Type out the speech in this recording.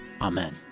Amen